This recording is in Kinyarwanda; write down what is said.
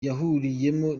yahuriyemo